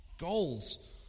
Goals